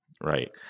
Right